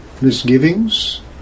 Misgivings